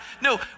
No